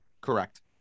correct